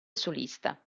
solista